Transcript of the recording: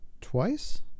twice